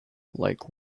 like